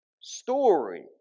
story